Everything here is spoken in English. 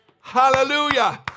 Hallelujah